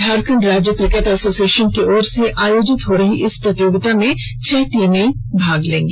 झारखंड राज्य cricket association की ओर से आयोजित हो रही इस प्रतियोगिता में छह टीमें होंगी